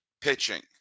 pitching